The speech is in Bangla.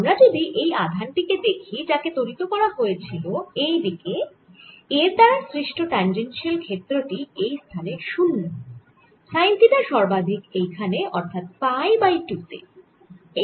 আমরা যদি এই আধান টি কে দেখি যাকে ত্বরিত করা হয়েছিল এই দিকে এর দ্বারা সৃষ্ট ট্যাঞ্জেনশিয়াল ক্ষেত্র টি এইস্থানে শূন্য সাইন থিটা সর্বাধিক এইখানে অর্থাৎ পাই বাই 2 তে